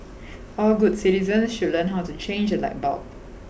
all good citizens should learn how to change a light bulb